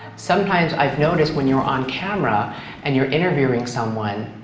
sometimes i've noticed when you're on camera and you're interviewing someone,